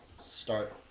start